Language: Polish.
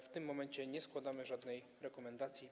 W tym momencie nie składamy żadnej rekomendacji.